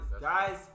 Guys